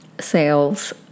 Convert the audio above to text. sales